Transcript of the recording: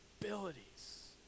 abilities